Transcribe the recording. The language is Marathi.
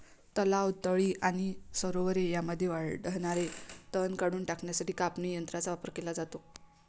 तलाव, तळी आणि सरोवरे यांमध्ये वाढणारे तण काढून टाकण्यासाठी कापणी यंत्रांचा वापर केला जातो